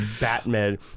Batman